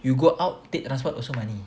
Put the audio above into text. you got out take transport also money